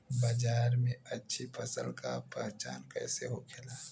बाजार में अच्छी फसल का पहचान कैसे होखेला?